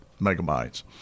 megabytes